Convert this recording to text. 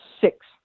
six